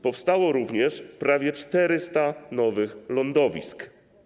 Powstało również prawie 400 nowych lądowisk.